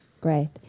great